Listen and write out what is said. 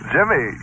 Jimmy